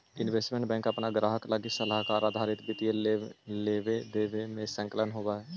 investment bank अपना ग्राहक लगी सलाहकार आधारित वित्तीय लेवे देवे में संलग्न होवऽ हई